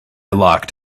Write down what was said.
locked